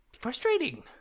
frustrating